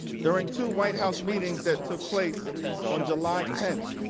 during two white house meetings that took place on july ten.